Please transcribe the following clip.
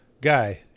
guy